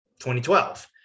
2012